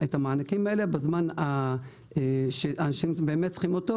המענקים הללו בזמן שבאמת אנשים צריכים אותו,